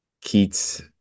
Keats